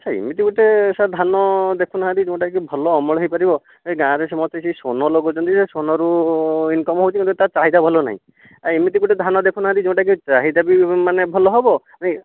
sir ଏମିତି ଗୋଟିଏ sir ଧାନ ଦେଖୁନାହାନ୍ତି ଯେଉଁଟାକି ଭଲ ଅମଳ ହୋଇପାରିବ ଏହି ଗାଁରେ ସମସ୍ତେ ସେହି ସ୍ଵର୍ଣ୍ଣ ଲଗାଉଛନ୍ତି ଯେ ସ୍ଵର୍ଣ୍ଣରୁ ଇନକମ୍ ହେଉଛି କିନ୍ତୁ ତା ଚାହିଦା ଭଲ ନାହିଁ ଆଉ ଏମିତି ଗୋଟିଏ ଧାନ ଦେଖୁନାହାନ୍ତି ଯେଉଁଟାକି ଚାହିଦା ବି ମାନେ ଭଲ ହେବ ନାହିଁ